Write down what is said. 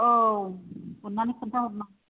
औ अननानै खोन्थाहरनाय